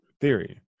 theory